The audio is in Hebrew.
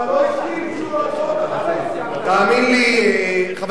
אבל לא הסכימו שהוא, תאמין לי, חבר